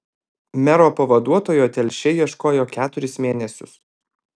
mero pavaduotojo telšiai ieškojo keturis mėnesius